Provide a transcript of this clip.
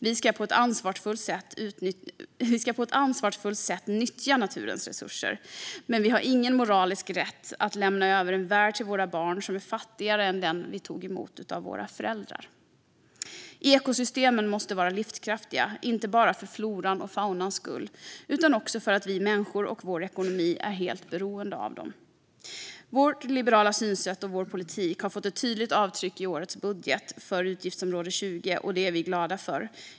Vi ska på ett ansvarsfullt sätt nyttja naturens resurser, men vi har ingen moralisk rätt att lämna över en värld till våra barn som är fattigare än den vi tog emot av våra föräldrar. Ekosystemen måste vara livskraftiga, inte bara för florans och faunans skull utan också för att vi människor och vår ekonomi är helt beroende av dem. Vårt liberala synsätt och vår politik har fått ett tydligt avtryck i årets budget för utgiftsområde 20, och det är vi glada för.